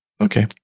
Okay